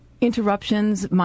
interruptions